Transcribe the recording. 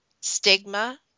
stigma